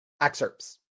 excerpts